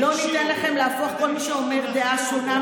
הרי מערכת המשפט,